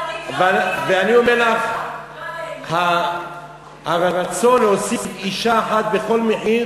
ואני אומר לך, הרצון להוסיף אישה אחת בכל מחיר,